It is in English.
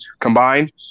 combined